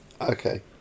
Okay